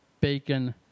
bacon